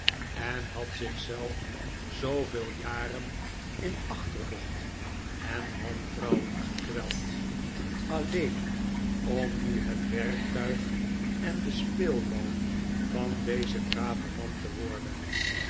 en had zich zelf zoomaarten chuzzlewit veel jaren in achterdocht en wantrouwen gekweld alleen om nu het werktuig en de speelbal van dezen braven man te worden